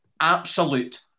absolute